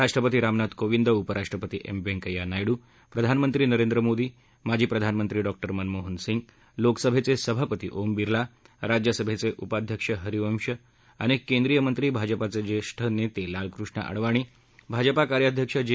राष्ट्रपती रामनाथ कोविंद उपराष्ट्रपती क्रे व्यंकय्या नायडू प्रधानमंत्री नरेंद्र मोदी माजी प्रधानमंत्री डॉक्टर मनमोहन सिंग लोकसभेचे सभापती ओम बिर्ला राज्यसभेचे उपाध्यक्ष हरिवंश अनेक केंद्रीय मंत्री भाजपाचे ज्येष्ठ नेते लालकृष्ण अडवाणी भाजपा कार्याध्यक्ष जे